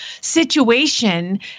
situation